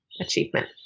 achievement